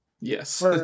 yes